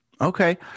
Okay